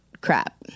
crap